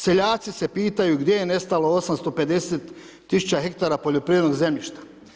Seljaci se pitaju gdje je nestalo 850 tisuća hektara poljoprivrednog zemljišta.